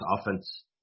offense